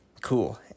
Cool